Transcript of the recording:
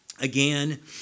again